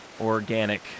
organic